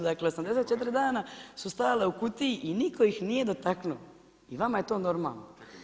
Dakle 84 dana su stajale u kutiji i nitko ih nije dotaknuo i vama je to normalno.